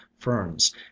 ferns